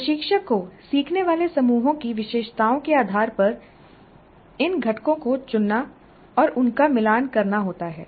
प्रशिक्षक को सीखने वाले समूहों की विशेषताओं के आधार पर इन घटकों को चुनना और उनका मिलान करना होता है